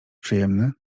przyjemny